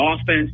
offense